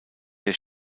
der